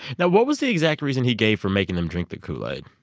now, what was the exact reason he gave for making them drink the kool-aid?